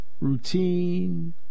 routine